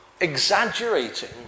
exaggerating